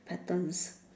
patterns